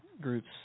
groups